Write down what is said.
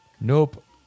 Nope